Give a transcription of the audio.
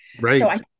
right